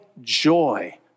joy